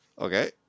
Okay